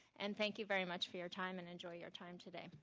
and thank you very much for your time and enjoy your time today.